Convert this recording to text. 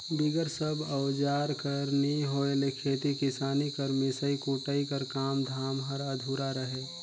बिगर सब अउजार कर नी होए ले खेती किसानी कर मिसई कुटई कर काम धाम हर अधुरा रहें